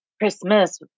christmas